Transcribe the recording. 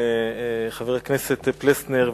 חבר הכנסת פלסנר,